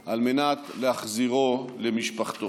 כדי להחזירו למשפחתו.